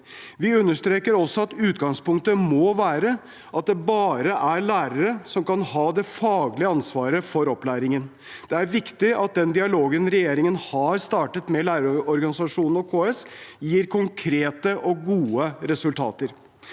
Vi understreker også at utgangspunktet må være at det bare er lærere som kan ha det faglige ansvaret for opplæringen. Det er viktig at den dialogen regjeringen har startet med lærerorganisasjonene og KS, gir konkrete og gode resultater.